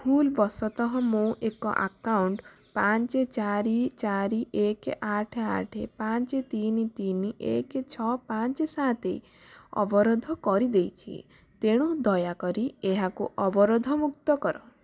ଭୁଲବଶତଃ ମୁଁ ଏକ ଆକାଉଣ୍ଟ ପାଞ୍ଚ ଚାରି ଚାରି ଏକ ଆଠ ଆଠ ପାଞ୍ଚ ତିନି ତିନି ଏକ ଛଅ ପାଞ୍ଚ ସାତ ଅବରୋଧ କରିଦେଇଛି ତେଣୁ ଦୟାକରି ଏହାକୁ ଅବରୋଧମୁକ୍ତ କର